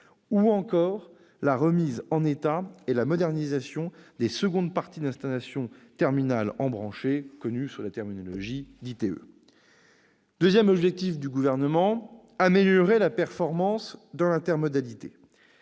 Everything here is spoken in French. ou encore la remise en état et la modernisation des secondes parties d'installations terminales embranchées, connues sous le nom d'ITE. Deuxième objectif du Gouvernement : améliorer la performance dans l'intermodalité.